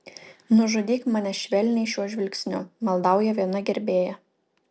nužudyk mane švelniai šiuo žvilgsniu maldauja viena gerbėja